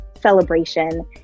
celebration